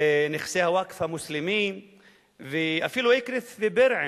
נכסי הווקף המוסלמי ואפילו אקרית ובירעם.